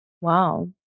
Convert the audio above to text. wow